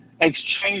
exchange